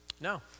no